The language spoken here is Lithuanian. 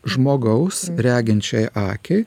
žmogaus reginčiai akiai